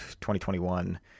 2021